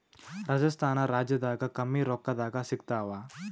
ರಾಜಸ್ಥಾನ ರಾಜ್ಯದಾಗ ಕಮ್ಮಿ ರೊಕ್ಕದಾಗ ಸಿಗತ್ತಾವಾ?